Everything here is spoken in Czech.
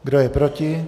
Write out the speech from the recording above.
Kdo je proti?